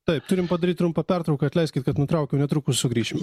taip turime padaryti trumpą pertrauką atleiskit kad nutraukiau netrukus sugrįšim